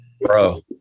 bro